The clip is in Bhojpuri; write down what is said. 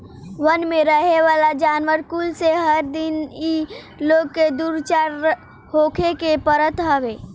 वन में रहेवाला जानवर कुल से हर दिन इ लोग के दू चार होखे के पड़त हवे